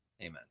amen